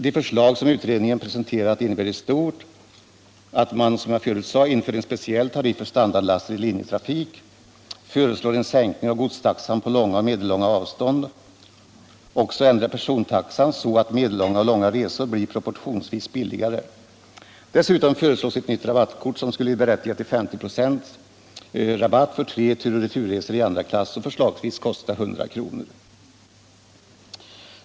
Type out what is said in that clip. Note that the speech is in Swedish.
De förslag som utredningen presenterat innebär i stort att man, som jag förut sade, inför en speciell tariff för standardlaster i linjetrafik, föreslår en sänkning av godstaxan på långa och medellånga avstånd samt ändrar persontaxan så att medellånga och långa resor blir proportionsvis billigare. Dessutom föreslås ett nytt rabattkort, som skulle berättiga till 50 96 rabatt för tre tur och returresor i andra klass och förslagsvis kosta 100 kr.